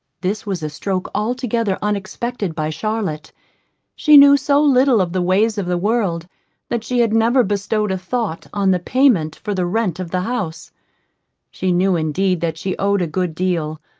this was a stroke altogether unexpected by charlotte she knew so little of the ways of the world that she had never bestowed a thought on the payment for the rent of the house she knew indeed that she owed a good deal,